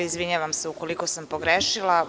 Izvinjavam se ukoliko sam pogrešila.